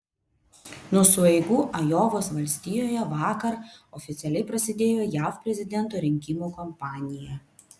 nuo sueigų ajovos valstijoje vakar oficialiai prasidėjo jav prezidento rinkimų kampanija